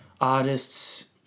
artists